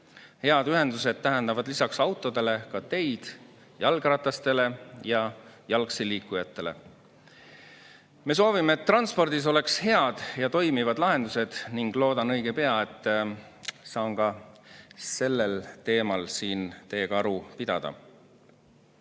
Head ühendused tähendavad lisaks autodele seda, et on teid jalgratastele ja jalgsi liikujatele. Me soovime, et transpordis oleks head ja toimivad lahendused, ning loodan, et õige pea saan ka sellel teemal siin teiega aru pidada. Teiseks